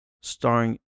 starring